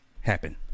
happen